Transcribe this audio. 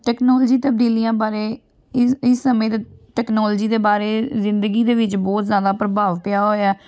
technology ਤਬਦੀਲੀਆਂ ਬਾਰੇ ਇ ਇਸ ਸਮੇਂ ਟੈਕਨੋਲਜੀ ਦੇ ਬਾਰੇ ਜ਼ਿੰਦਗੀ ਦੇ ਵਿੱਚ ਬਹੁਤ ਜ਼ਿਆਦਾ ਪ੍ਰਭਾਵ ਪਿਆ ਹੋਇਆ